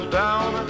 down